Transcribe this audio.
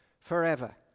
forever